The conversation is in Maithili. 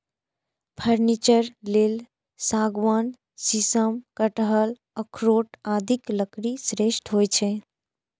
फर्नीचर लेल सागवान, शीशम, कटहल, अखरोट आदिक लकड़ी श्रेष्ठ होइ छै